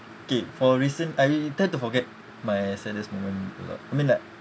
okay for recent I tend to forget my saddest moment a lot I mean like